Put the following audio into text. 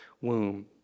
womb